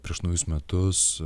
prieš naujus metus